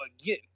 again